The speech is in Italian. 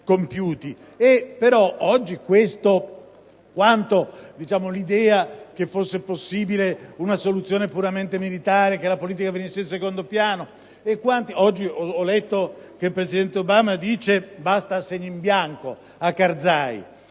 stati compiuti! Vedi l'idea che fosse possibile una soluzione puramente militare e che la politica venisse in secondo piano. Oggi ho letto che il Presidente Obama dice: «Basta assegni in bianco a Karzai».